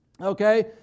Okay